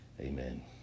amen